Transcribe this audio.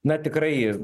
na tikrai i